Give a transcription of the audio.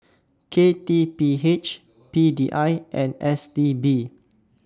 K T P H P D I and S T B